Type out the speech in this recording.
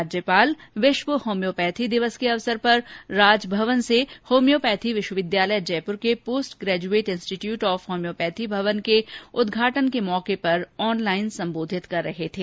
राज्यपाल विश्व होम्योपैथी दिवस के अवसर पर राजभवन से होम्योपैथी विश्वविद्यालय जयपुर के post graduate institute of homoeopathy भवन के उद्घाटन के अवसर पर ऑनलाइन संबोधित कर रहे थे